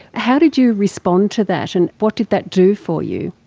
how did you respond to that and what did that do for you?